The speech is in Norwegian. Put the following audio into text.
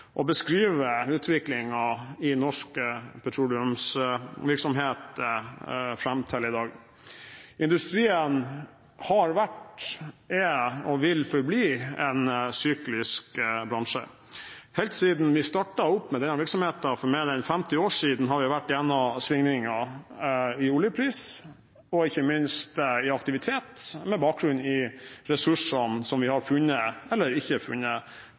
og beskrive utviklingen i norsk petroleumsvirksomhet fram til i dag. Industrien har vært, er og vil forbli en syklisk bransje. Helt siden vi startet opp med denne virksomheten for mer enn 50 år siden, har vi vært gjennom svingninger i oljepris og ikke minst i aktivitet, med bakgrunn i ressursene som vi har funnet, eller ikke funnet,